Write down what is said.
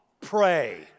Pray